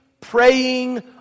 praying